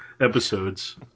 episodes